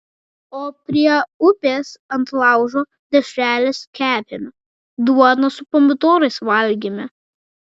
o prie upės ant laužo dešreles kepėme duoną su pomidorais valgėme